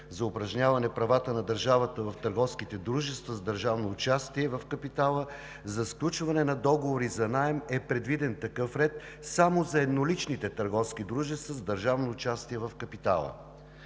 за упражняване правата на държавата в търговските дружества с държавно участие в капитала, за сключване на договори за наем е предвиден такъв ред само за едноличните търговски дружества с държавно участие в капитала.